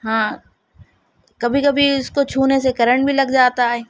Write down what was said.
ہاں کبھی کبھی اس کو چھونے سے کرنٹ بھی لگ جاتا ہے